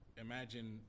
Imagine